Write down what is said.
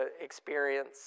experience